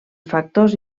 factors